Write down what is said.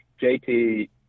JT